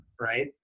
right